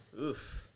oof